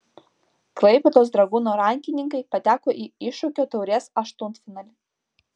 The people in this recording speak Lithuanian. klaipėdos dragūno rankininkai pateko į iššūkio taurės aštuntfinalį